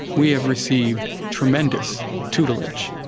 we have received tremendous tutelage.